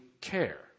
care